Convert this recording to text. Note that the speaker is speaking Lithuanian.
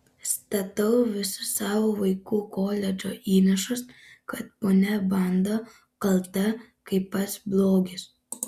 statau visus savo vaikų koledžo įnašus kad ponia bando kalta kaip pats blogis